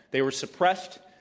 they were suppressed,